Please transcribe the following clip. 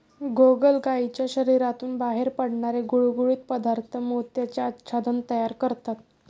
गोगलगायीच्या शरीरातून बाहेर पडणारे गुळगुळीत पदार्थ मोत्याचे आच्छादन तयार करतात